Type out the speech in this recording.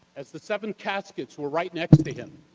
as the seven caskets were right next to him,